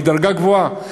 זו דרגה גבוהה.